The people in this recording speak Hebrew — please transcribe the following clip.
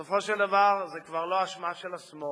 בסופו של דבר זו כבר לא אשמה של השמאל